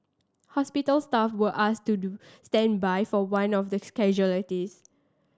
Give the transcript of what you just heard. hospital staff were asked to do standby for one of the casualties